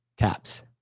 Taps